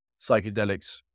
psychedelics